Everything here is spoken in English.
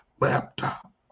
laptop